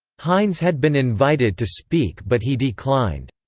hines had been invited to speak but he declined.